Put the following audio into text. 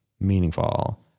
meaningful